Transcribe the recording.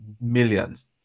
millions